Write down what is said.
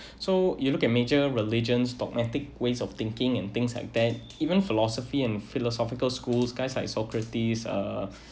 so you look at major religions dogmatic ways of thinking and things like that even philosophy and philosophical schools guys like uh so critics uh